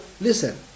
listen